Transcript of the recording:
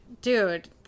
dude